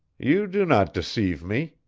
you do not deceive me,